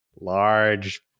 large